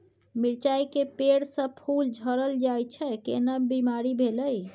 मिर्चाय के पेड़ स फूल झरल जाय छै केना बीमारी भेलई?